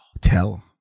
Tell